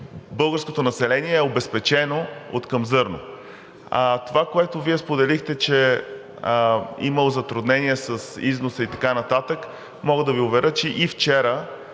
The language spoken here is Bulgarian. българското население е обезпечено откъм зърно. Това, което Вие споделихте, че имало затруднение с износа и така нататък, мога да Ви уверя, че и вчера